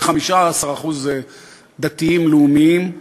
כ-15% דתיים-לאומיים,